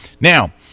Now